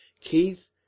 Keith